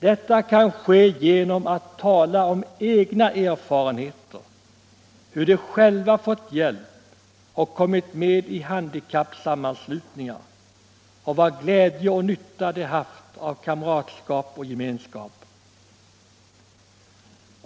Detta kan ske genom att tala om egna erfarenheter, hur de själva fått hjälp och kommit med i handikappsammanslutningar och vad glädje och nytta de haft av kamratskap och gemenskap.